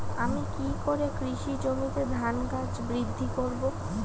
আমি কী করে কৃষি জমিতে ধান গাছ বৃদ্ধি করব?